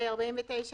"(ה) סעיף